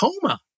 coma